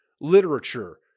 literature